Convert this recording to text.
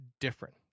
different